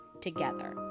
together